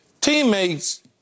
Teammates